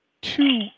two